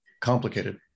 complicated